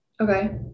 Okay